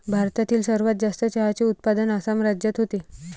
भारतातील सर्वात जास्त चहाचे उत्पादन आसाम राज्यात होते